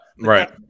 right